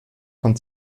von